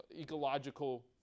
ecological